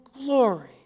glory